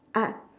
ah